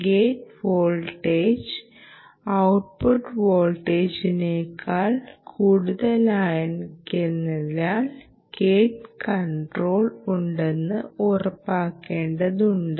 gate voltage output വോൾട്ടേജിനേക്കാൾ കൂടുതലായിരിക്കേണ്ടതിനാൽ gate control ഉണ്ടെന്ന് ഉറപ്പാക്കാനാണിത്